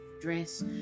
dress